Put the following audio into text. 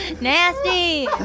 Nasty